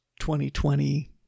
2020